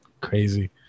Crazy